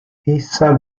essa